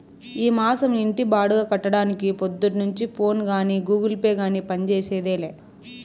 ఈ మాసం ఇంటి బాడుగ కట్టడానికి పొద్దున్నుంచి ఫోనే గానీ, గూగుల్ పే గానీ పంజేసిందేలా